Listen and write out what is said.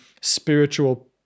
spiritual